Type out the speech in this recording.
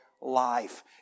life